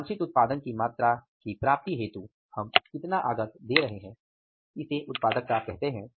वांछित उत्पादन की मात्रा की प्राप्ति हेतु हम कितना आगत दे रहे हैं इसे उत्पादकता कहते हैं